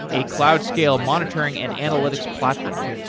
a cloud scale monitoring and analytics platform.